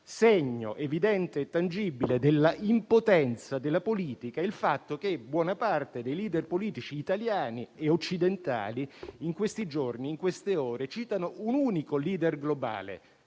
segno evidente e tangibile dell'impotenza della politica è il fatto che buona parte dei *leader* politici italiani e occidentali in queste ore citano un unico *leader* globale,